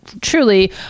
truly